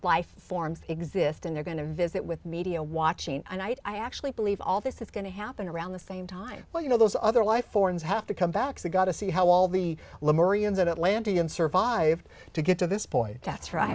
life forms exist and they're going to visit with media watching tonight i actually believe all this is going to happen around the same time well you know those other life forms have to come back to go to see how all the that atlantean survived to get to this point that